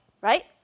right